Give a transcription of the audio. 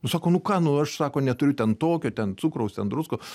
nu sako nu ką nu aš sako neturiu ten tokio ten cukraus ten druskos